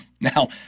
now